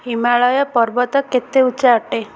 ହିମାଳୟ ପର୍ବତ କେତେ ଉଚ୍ଚା ଅଟେ